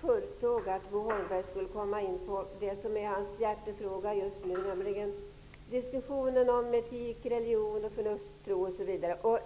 förutsåg att Bo Holmberg skulle komma in på det som är hans hjärtefråga just nu, nämligen diskussionen om etik, religion och förnuftstro.